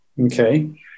Okay